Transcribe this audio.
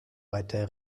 weiter